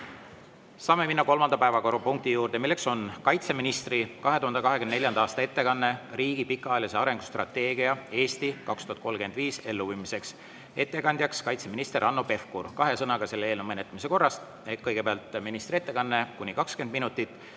Saame minna kolmanda päevakorrapunkti juurde, milleks on kaitseministri 2024. aasta ettekanne riigi pikaajalise arengustrateegia "Eesti 2035" elluviimisest. Ettekandja on kaitseminister Hanno Pevkur. Kahe sõnaga selle [päevakorrapunkti] menetlemise korrast. Kõigepealt on ministri ettekanne kuni 20 minutit,